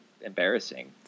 embarrassing